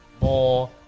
More